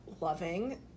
loving